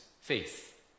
faith